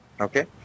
Okay